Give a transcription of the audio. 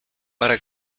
para